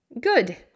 Good